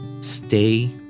stay